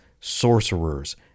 sorcerers